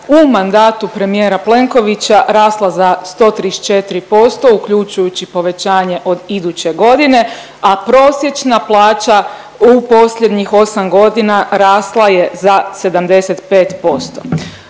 u mandatu premijera Plenkovića rasla za 134% uključujući povećanje od iduće godine, a prosječna plaća u posljednjih 8 godina rasla je za 75%.